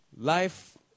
Life